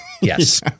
Yes